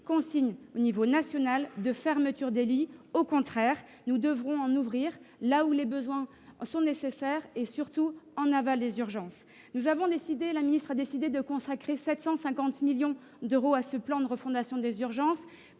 consigne au niveau national de fermeture des lits. Au contraire, nous devrons en ouvrir là où les besoins sont nécessaires et, surtout, en aval des urgences. La ministre a décidé de consacrer 750 millions d'euros au pacte de refondation des urgences,